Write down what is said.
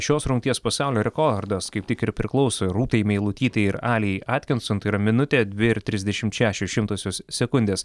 šios rungties pasaulio rekordas kaip tik ir priklauso rūtai meilutytei ir aliai atkinson yra minutė dvi ir trisdešimt šešios šimtosios sekundės